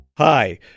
Hi